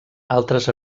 altres